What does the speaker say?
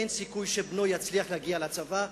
אין סיכוי שבנו יצליח להגיע לצבא.